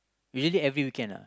usually every weekend ah